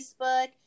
Facebook